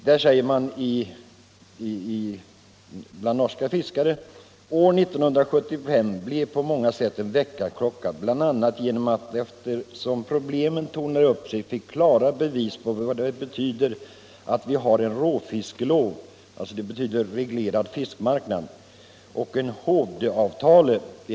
I norska fiskarlagets tidskrift MÉA sägs: ”År 1975 blev på många sätt en väckarklocka bl.a. genom att man efter vart som problemen tornade upp sig fick så klara bevis på vad det betyder att vi har en råfisklov och en hovedavtale .